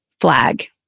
flag